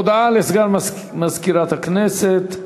הודעה לסגן מזכירת הכנסת.